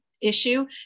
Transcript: issue